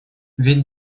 ведь